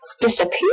disappear